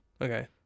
Okay